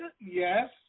Yes